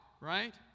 right